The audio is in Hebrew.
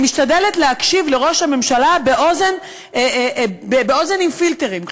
אני משתדלת להקשיב לראש הממשלה באוזן בלי פילטרים,